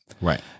Right